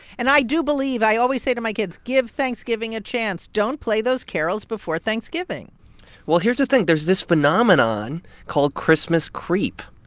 and i do believe i always say to my kids, give thanksgiving a chance. don't play those carols before thanksgiving well, here's the thing. there's this phenomenon called christmas creep.